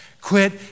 Quit